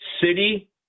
city